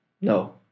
No